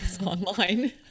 online